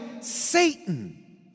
Satan